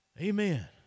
Amen